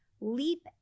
leap